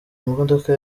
modoka